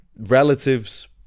Relatives